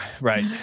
Right